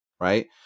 right